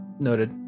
Noted